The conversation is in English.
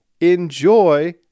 Enjoy